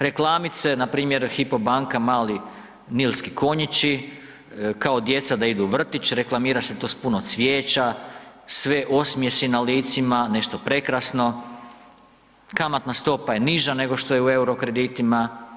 Reklamice, npr. Hypo banka, mali nilski konjići, kao djeca da idu u vrtić, reklamira se to s puno cvijeća, sve osmjesi na licima, nešto prekrasno, kamatna stopa je niža nego što je u euro kreditima.